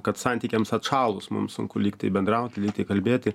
kad santykiams atšalus mums sunku lyg tai bendrauti lyg tai kalbėti